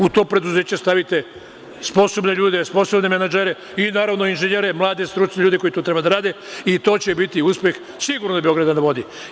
U to preduzeće stavite sposobne ljude, sposobne menadžere, i naravno inženjere i mlade i stručne ljude koji to treba da rade i to će biti uspeh sigurno Beograda na vodi.